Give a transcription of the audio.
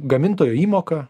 gamintojo įmoka